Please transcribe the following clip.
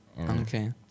Okay